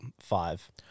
five